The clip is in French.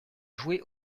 joué